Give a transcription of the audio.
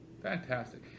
Fantastic